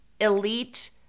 Elite